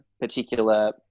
particular